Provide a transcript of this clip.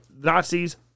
Nazis